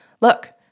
Look